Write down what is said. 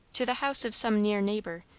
to the house of some near neighbour,